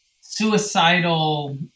suicidal